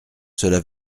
cela